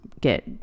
get